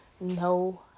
No